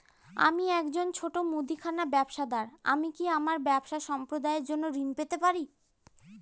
আমি একজন ছোট মুদিখানা ব্যবসাদার আমি কি আমার ব্যবসা সম্প্রসারণের জন্য ঋণ পেতে পারি?